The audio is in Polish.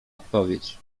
odpowiedź